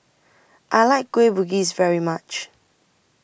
I like Kueh Bugis very much